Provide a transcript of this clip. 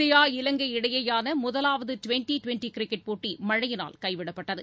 India Ilangai இடையேயான முதலாவது twenty twenty cricket போட்டி மழையினால் கைவிடப்பட்டது